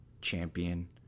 Champion